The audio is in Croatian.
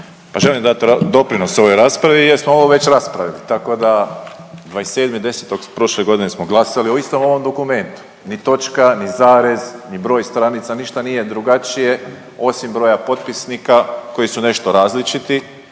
Pa želim dat doprinos ovoj raspravi jer smo ovo već raspravili tako da 27.10. prošle godine smo glasali o istom ovom dokumentu. Ni točka, ni zarez ni broj stranica ništa nije drugačije osim broja potpisnika koji su nešto različiti